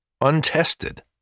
untested